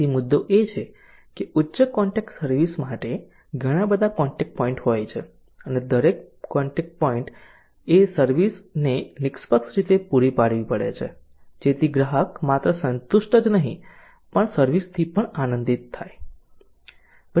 તેથી મુદ્દો એ છે કે ઉચ્ચ કોન્ટેક્ટ સર્વિસ માટે ઘણા બધા કોન્ટેક્ટ પોઈન્ટ હોય છે અને દરેક કોન્ટેક્ટ પોઈન્ટએ સર્વિસ ને નિષ્પક્ષ રીતે પૂરી પાડવી પડે છે જેથી ગ્રાહક માત્ર સંતુષ્ટ જ નહીં પણ સર્વિસ થી આનંદિત પણ થાય